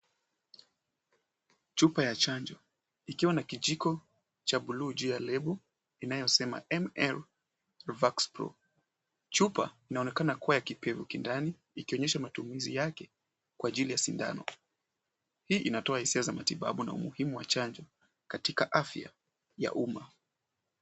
Chupa ya chanjo ikiwa na kijiko cha buluu juu ya lebo inayosema M-M Vaxclo. Chupa inaonekana kuwa ya kipeu kindani ikionyesha matumizi yake kwa ajili ya sindano. Hii inatoa hisia za matibabu na umuhimu wa chanjo katika afya ya umma.